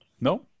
No